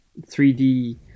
3d